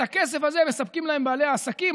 את הכסף הזה מספקים להם בעלי העסקים,